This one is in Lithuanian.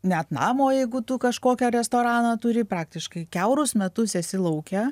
net namo jeigu tu kažkokią restoraną turi praktiškai kiaurus metus esi lauke